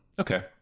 okay